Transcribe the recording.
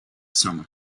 summer